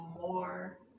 more